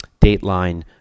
Dateline